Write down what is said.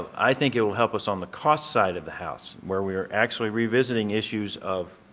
i think it will help us on the cross side of the house where we are actually revisiting issues of